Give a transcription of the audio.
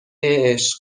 عشق